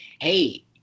hey